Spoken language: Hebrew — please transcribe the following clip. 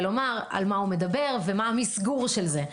על מה הוא מדבר ומה המסגור של זה.